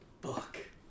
book